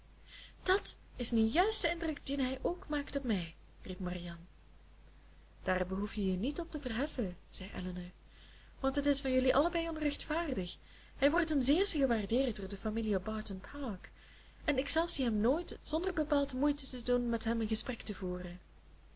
dat is nu juist de indruk dien hij ook maakt op mij riep marianne daar behoef je je niet op te verheffen zei elinor want het is van jullie allebei onrechtvaardig hij wordt ten zeerste gewaardeerd door de familie op barton park en ik zelf zie hem nooit zonder bepaald moeite te doen met hem een gesprek te voeren